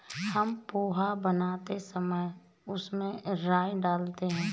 हम पोहा बनाते समय उसमें राई डालते हैं